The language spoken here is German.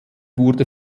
wurde